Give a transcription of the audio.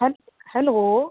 ਹੈਲ ਹੈਲੋ